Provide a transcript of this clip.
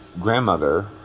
Grandmother